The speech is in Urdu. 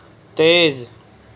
تیز